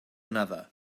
another